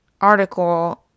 article